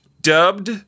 dubbed